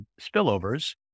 spillovers